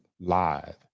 live